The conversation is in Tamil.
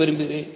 விரும்புகிறேன்